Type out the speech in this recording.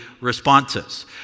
responses